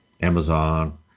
Amazon